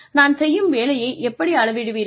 நான் செய்யும் வேலையை எப்படி அளவிடுவீர்கள்